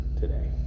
today